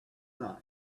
night